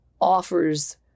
offers